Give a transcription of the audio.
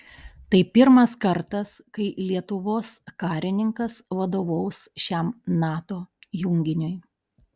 tai pirmas kartas kai lietuvos karininkas vadovaus šiam nato junginiui